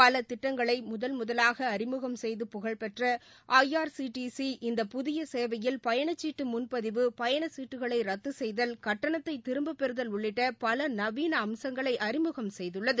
பல திட்டங்களை முதல் முதலாக அறிமுகம் செய்து புகழ்பெற்ற I R C T C இந்த புதிய சேவையில் பயண சீட்டு முன் பதிவு பயண சீட்டுகளை ரத்து செய்தல் கட்டணத்தை திரும்ப பெறுதல் உள்ளிட்ட பல நவீன அம்சங்களை அறிமுகம் செய்துள்ளது